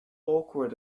awkward